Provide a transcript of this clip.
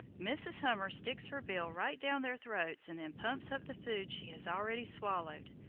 mrs. hummer sticks her bill right down their throats and then pumps up the food she has already swallowed.